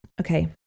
okay